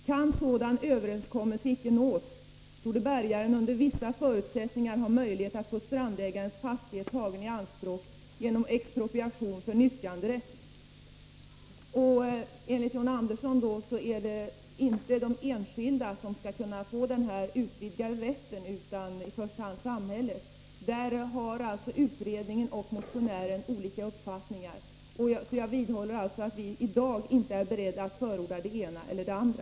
Kan sådan överenskommelse inte nås, torde bärgaren under vissa förutsättningar ha möjlighet att få strandägarens fastighet tagen i anspråk genom expropriation för nyttjanderätt ———.” Enligt John Andersson är det då inte de enskilda som skall kunna få den här utvidgade rätten utan i första hand samhället. Där har alltså utredningen och motionären olika uppfattningar, så jag vidhåller att vi i dag inte är beredda att förorda det ena eller det andra.